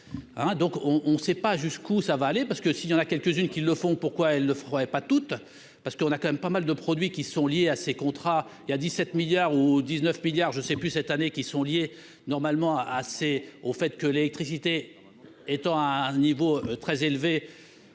on on ne sait pas jusqu'où ça va aller, parce que s'il y en a quelques-unes qui le font, pourquoi elle ne ferait pas toutes parce qu'on a quand même pas mal de produits qui sont liées à ces contrats, il y a 17 milliards ou 19 milliards je sais plus cette année qui sont liés, normalement, a assez au fait que l'électricité étant à un niveau très élevé,